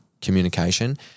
communication